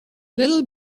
little